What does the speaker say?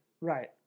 Right